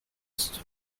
ist